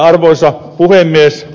arvoisa puhemies